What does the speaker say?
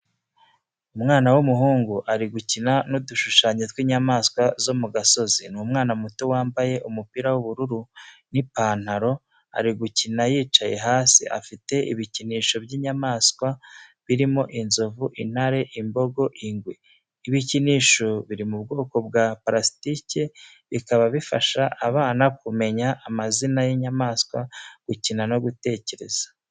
Umwana w'umuhungu uri gukina n’udushushanyo tw’inyamaswa zo mu gasozi, ni umwana muto wambaye umupira w’ubururu n’ipantaro ari gukina yicaye hasi, afite ibikinisho by’inyamaswa birimo inzovu, intare, imbogo, ingwe. Ibikinisho biri mu bwoko bwa parasitike, bikaba bifasha abana kumenya amazina y’inyamaswa gukina no gutekereza.